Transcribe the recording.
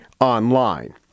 online